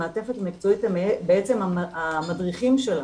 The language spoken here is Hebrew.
המעטפת המקצועית, בעצם המדריכים שלנו.